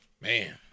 Man